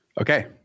okay